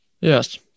Yes